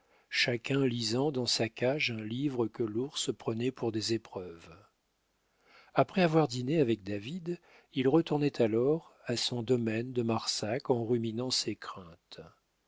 chacun lisant dans sa cage un livre que l'ours prenait pour des épreuves après avoir dîné avec david il retournait alors à son domaine de marsac en ruminant ses craintes